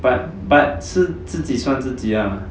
but but 是自己算自己 ah